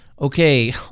okay